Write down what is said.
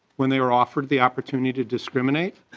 when they were offered the opportunity to discriminate